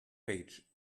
page